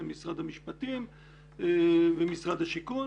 משרד המשפטים ומשרד השיכון.